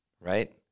right